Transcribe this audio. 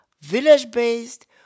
village-based